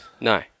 No